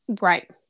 Right